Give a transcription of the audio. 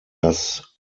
dass